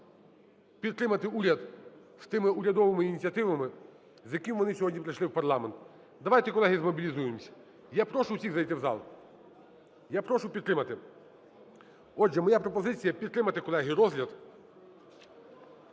підтримати уряд з тими урядовими ініціативами, з якими вони сьогодні прийшли в парламент. Давайте, колеги, змобілізуємося. Я прошу всіх зайти в зал. Я прошу підтримати. Отже, моя пропозиція підтримати, колеги, розгляд